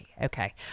Okay